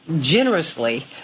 generously